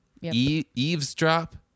Eavesdrop